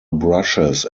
brushes